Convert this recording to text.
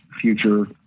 future